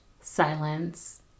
silence